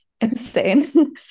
insane